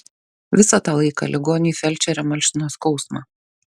visą tą laiką ligoniui felčerė malšino skausmą